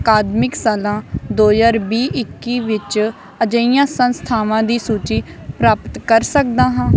ਅਕਾਦਮਿਕ ਸਾਲਾਂ ਦੋ ਹਜ਼ਾਰ ਵੀਹ ਇੱਕੀ ਵਿੱਚ ਅਜਿਹੀਆਂ ਸੰਸਥਾਵਾਂ ਦੀ ਸੂਚੀ ਪ੍ਰਾਪਤ ਕਰ ਸਕਦਾ ਹਾਂ